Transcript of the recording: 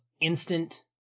instant